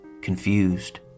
confused